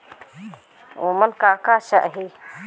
ओमन का का चाही?